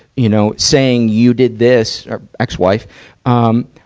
you know, saying you did this or ex-wife um,